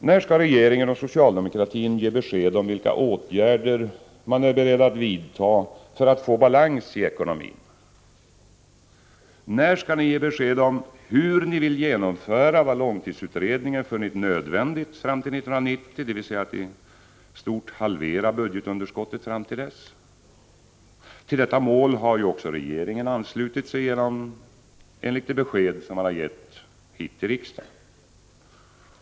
När skall regeringen och socialdemokratin ge besked om vilka åtgärder man är beredd att vidta för att få balans i ekonomin? När skall ni ge besked om hur ni vill genomföra vad långtidsutredningen funnit nödvändigt fram till 1990, dvs. att i stort sett halvera budgetunderskottet fram till dess? Till detta mål har ju också regeringen anslutit sig enligt det besked som den har gett till riksdagen.